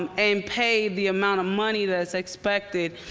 and um pay the amount of money that's expected